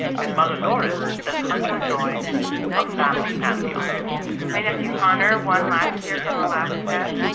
his mother, lauren, says hunter joins a family pantheon my nephew connor won last year from alaska.